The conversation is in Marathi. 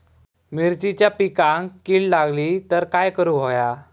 मिरचीच्या पिकांक कीड लागली तर काय करुक होया?